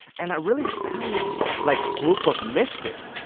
and i really found this, like, group of misfits.